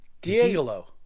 diego